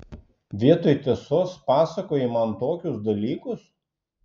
vietoj tiesos pasakoji man tokius dalykus